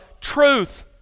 truth